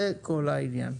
זה כל העניין.